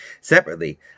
Separately